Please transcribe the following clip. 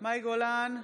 מאי גולן,